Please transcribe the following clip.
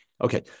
Okay